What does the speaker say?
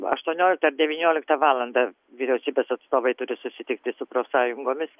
aštuonioliktą ar devynioliktą valandą vyriausybės atstovai turi susitikti su profsąjungomis